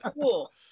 cool